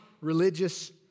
religious